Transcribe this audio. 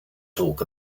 talk